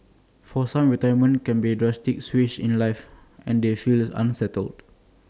for some retirement can be A drastic switch in life and they feel unsettled